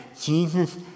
Jesus